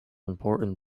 important